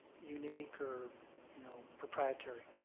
unique, or you know proprietary?